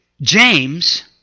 James